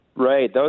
Right